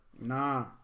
Nah